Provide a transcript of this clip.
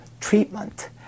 treatment